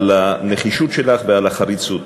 על הנחישות שלך ועל החריצות.